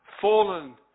fallen